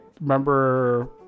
Remember